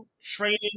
training